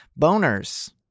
boners